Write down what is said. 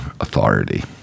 authority